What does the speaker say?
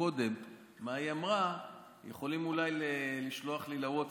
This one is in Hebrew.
קודם מה היא אמרה יכולים אולי לשלוח לי לווטסאפ.